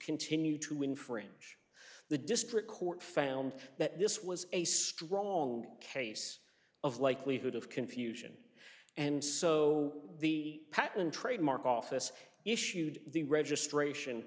continue to infringe the district court found that this was a strong case of likelihood of confusion and so the patent trademark office issued the registration